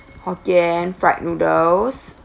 hokkien fried noodles